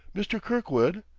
mr. kirkwood?